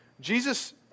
Jesus